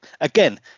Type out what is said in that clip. Again